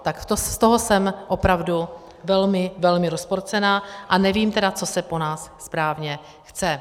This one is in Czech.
Tak z toho jsem opravdu velmi, velmi rozpolcená a nevím tedy, co se po nás správně chce.